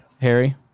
Harry